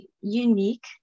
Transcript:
unique